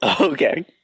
Okay